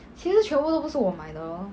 其实全部都不是我的 lor